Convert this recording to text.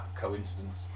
coincidence